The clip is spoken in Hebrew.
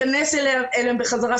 לנסות להיכנס אליו חזרה.